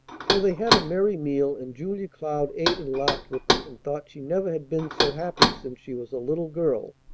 so they had a merry meal, and julia cloud ate and laughed with them, and thought she never had been so happy since she was a little girl.